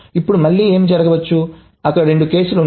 ఇప్పుడు మళ్లీ ఏమి జరగవచ్చు అక్కడ రెండు కేసులు ఉన్నాయి